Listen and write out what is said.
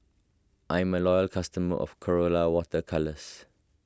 I'm a loyal customer of Colora Water Colours